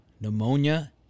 pneumonia